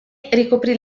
ricoprì